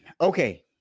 Okay